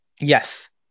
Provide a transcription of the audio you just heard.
Yes